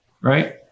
right